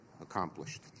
accomplished